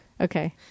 okay